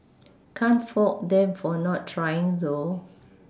can't fault them for not trying though